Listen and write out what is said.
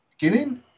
beginning